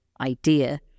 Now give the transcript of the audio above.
idea